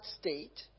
state